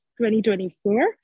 2024